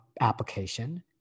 application